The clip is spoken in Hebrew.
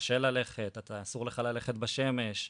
קשה ללכת, אסור לך ללכת בשמש,